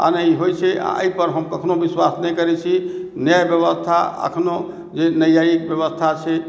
आ नहि होइ छै आ एहि पर हम कखनो विश्वास नहि करै छी न्याय व्यवस्था अखनो जे न्यायिक व्यवस्था छै